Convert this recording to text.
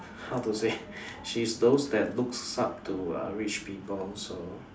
how to say she's those that looks up to uh rich people so